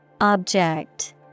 Object